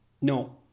No